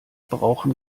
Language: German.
brauchen